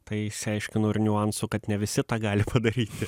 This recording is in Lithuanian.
tai išsiaiškinau ir niuansų kad ne visi tą gali padaryti